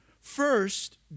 First